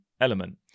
element